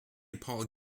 paul